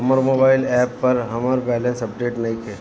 हमर mobile app पर हमर बैलेंस अपडेट नइखे